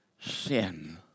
sin